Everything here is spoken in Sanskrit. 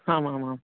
आमामाम्